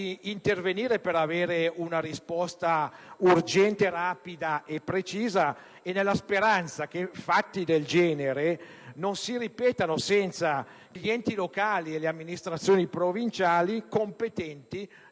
il Governo per avere una risposta urgente, rapida e precisa, nella speranza che fatti del genere non abbiano a ripetersi senza che gli enti locali e le amministrazioni provinciali competenti